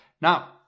Now